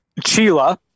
Chila